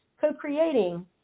co-creating